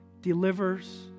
delivers